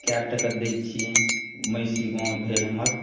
कए टके दै छिए महिषी गाँव भेल हमर